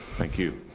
thank you.